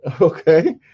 Okay